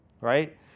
right